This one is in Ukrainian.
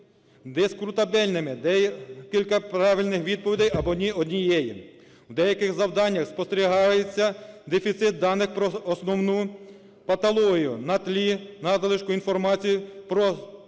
дискутабельними, декілька правильних відповідей або ні однієї. У деяких завданнях спостерігається дефіцит даних про основну патологію на тлі надлишку інформації про